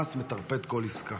שהחמאס מטרפד כל עסקה.